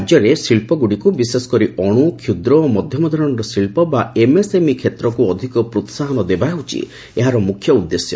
ରାଜ୍ୟରେ ଶିଳ୍ପଗୁଡ଼ିକୁ ବିଶେଷ କରି ଅଣୁ କ୍ଷୁଦ୍ର ଓ ମଧ୍ୟମ ଧରଣର ଶିଳ୍ପ ବା ଏମ୍ଏସ୍ଏମ୍ଇ କ୍ଷେତ୍ରକୁ ଅଧିକ ପ୍ରୋହାହନ ଦେବା ହେଉଛି ଏହାର ମୁଖ୍ୟ ଉଦ୍ଦେଶ୍ୟ